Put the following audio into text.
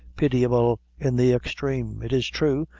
pitiable in the extreme. it is true,